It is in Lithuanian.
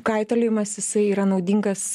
kaitaliojimas jisai yra naudingas